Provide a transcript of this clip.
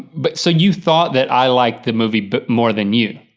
but so you thought that i liked the movie but more than you.